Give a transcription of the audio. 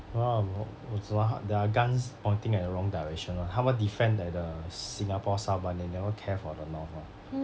no lah 我我只 their guns pointing at the wrong direction [one] 他们 defend level at the singapore south but they never care for the north [one]